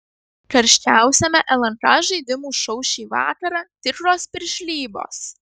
karščiausiame lnk žaidimų šou šį vakarą tikros piršlybos